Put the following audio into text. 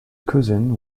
cousin